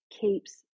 keeps